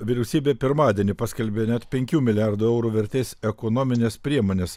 vyriausybė pirmadienį paskelbė net penkių milijardų eurų vertės ekonomines priemones